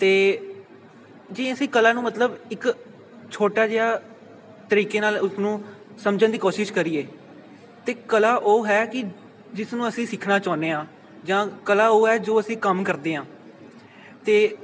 ਅਤੇ ਜੇ ਅਸੀਂ ਕਲਾ ਨੂੰ ਮਤਲਬ ਇੱਕ ਛੋਟਾ ਜਿਹਾ ਤਰੀਕੇ ਨਾਲ ਉਸਨੂੰ ਸਮਝਣ ਦੀ ਕੋਸ਼ਿਸ਼ ਕਰੀਏ ਅਤੇ ਕਲਾ ਉਹ ਹੈ ਕਿ ਜਿਸ ਨੂੰ ਅਸੀਂ ਸਿੱਖਣਾ ਚਾਹੁੰਦੇ ਹਾਂ ਜਾਂ ਕਲਾ ਉਹ ਹੈ ਜੋ ਅਸੀਂ ਕੰਮ ਕਰਦੇ ਹਾਂ ਅਤੇ